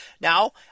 Now